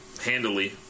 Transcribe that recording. handily